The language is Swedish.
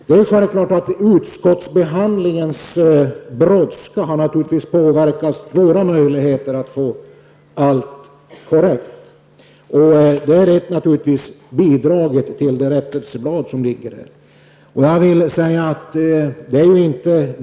Det är naturligtvis brådskan i utskottsbehandlingen som påverkat våra möjligheter att få allt korrekt och som varit orsaken till att det blivit tilläggsblad.